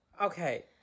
Okay